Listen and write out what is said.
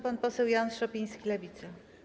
Pan poseł Jan Szopiński, Lewica.